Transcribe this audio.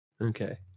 Okay